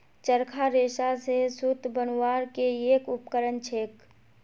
चरखा रेशा स सूत बनवार के एक उपकरण छेक